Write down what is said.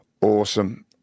Awesome